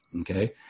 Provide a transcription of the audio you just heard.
okay